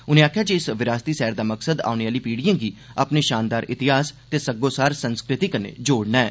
उनें आखेआ जे इस विरासती सैर दा मकसद औने आहली पीढ़िएं गी अपने षानदार इतिहास ते सग्गोसार संस्कृति कन्नै जोड़ना ऐ